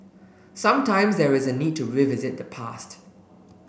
sometimes there is a need to revisit the past